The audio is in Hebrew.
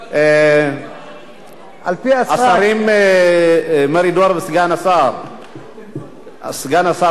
השר מרידור וסגן השר אילון,